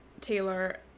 Taylor